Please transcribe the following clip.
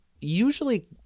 usually